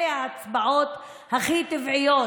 אלה ההצבעות הכי טבעיות,